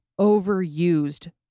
overused